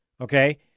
Okay